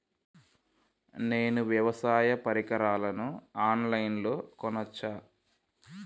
నేను వ్యవసాయ పరికరాలను ఆన్ లైన్ లో కొనచ్చా?